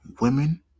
Women